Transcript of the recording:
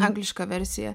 angliška versija